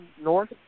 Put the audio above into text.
North